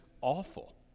awful